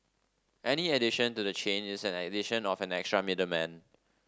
any addition to the chain is an addition of an extra middleman